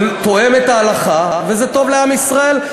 זה תואם את ההלכה וזה טוב לעם ישראל,